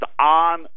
on